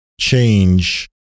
change